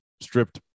stripped